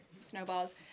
snowballs